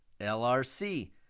lrc